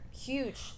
Huge